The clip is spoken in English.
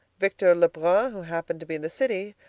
victor lebrun, who happened to be in the city,